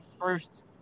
first